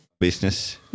business